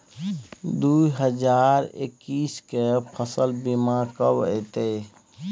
दु हजार एक्कीस के फसल बीमा कब अयतै?